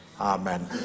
amen